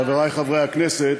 חברי חברי הכנסת,